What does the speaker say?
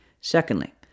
Secondly